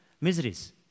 miseries